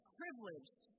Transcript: privileged